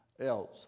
else